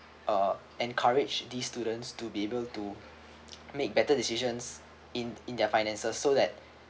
uh encourage the students to be able to make better decisions in in their finances so that